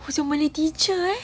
who's your malay teacher eh